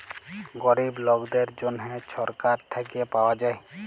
গরিব লকদের জ্যনহে ছরকার থ্যাইকে পাউয়া যায়